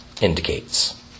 indicates